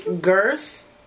Girth